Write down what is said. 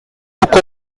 took